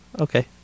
Okay